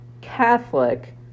Catholic